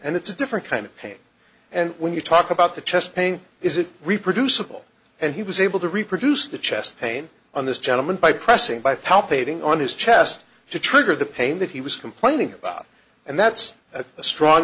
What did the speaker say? and it's a different kind of pain and when you talk about the chest pain is it reproducible and he was able to reproduce the chest pain on this gentleman by pressing by palpitating on his chest to trigger the pain that he was complaining about and that's a strong